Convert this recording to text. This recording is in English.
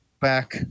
back